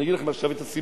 אגיד לכם עכשיו את הסיבה,